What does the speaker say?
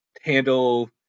handle